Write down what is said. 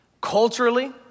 culturally